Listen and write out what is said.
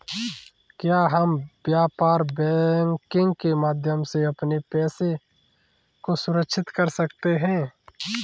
क्या हम व्यापार बैंकिंग के माध्यम से अपने पैसे को सुरक्षित कर सकते हैं?